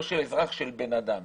לא של אזרח, של בן אדם.